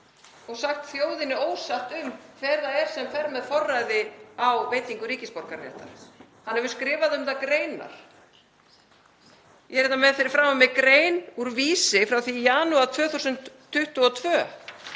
og sagt þjóðinni ósatt um það hver það er sem fer með forræði á veitingu ríkisborgararéttar. Hann hefur skrifað um það greinar. Ég er hérna með fyrir framan mig grein úr Vísi frá því í janúar 2022